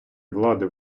влади